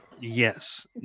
Yes